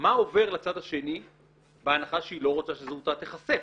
מה עובר לצד השני בהנחה שהיא לא רוצה שזהותה תיחשף.